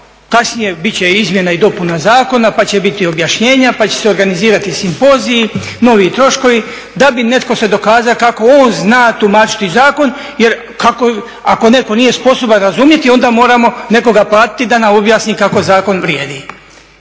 kasnije bit će izmjena i dopuna zakona pa će biti objašnjenja pa će se organizirati simpoziji, novi troškovi da bi netko se dokazao kako on zna tumačiti zakon jer kako on zna tumačiti zakon jer ako netko nije sposoban razumjeti onda moramo nekoga platiti da nam objasni kako zakon vrijedi.